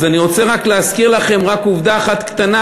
אז אני רוצה רק להזכיר לכם עובדה אחת קטנה,